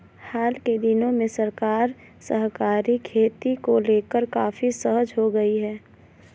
हाल के दिनों में सरकार सहकारी खेती को लेकर काफी सजग हो गई है